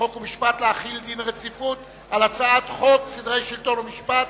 חוק ומשפט להחיל דין רציפות על הצעת חוק סדרי שלטון ומשפט